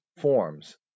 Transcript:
forms